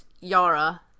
Yara